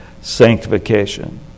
sanctification